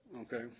Okay